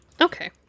Okay